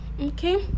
okay